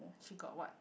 she got what